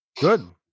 Good